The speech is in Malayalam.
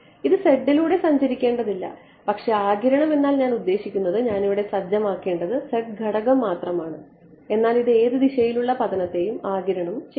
ഇത് z ലൂടെ സഞ്ചരിക്കേണ്ടതില്ല പക്ഷേ ആഗിരണം എന്നാൽ ഞാൻ ഉദ്ദേശിക്കുന്നത് ഞാനിവിടെ സജ്ജമാക്കേണ്ടത് z ഘടകം മാത്രമാണ് എന്നാൽ ഇത് ഏത് ദിശയിലുള്ള പതനത്തെയും ആഗിരണം ചെയ്യുന്നു